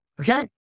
okay